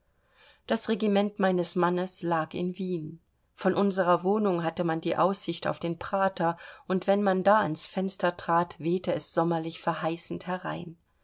das regiment meines mannes lag in wien von unserer wohnung hatte man die aussicht auf den prater und wenn man da ans fenster trat wehte es sommerlich verheißend herein